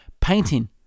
Painting